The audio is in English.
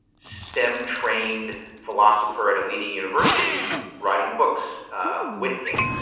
stem-trained philosopher at a leading university writing books with him.